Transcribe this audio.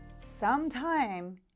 Sometime